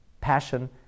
passion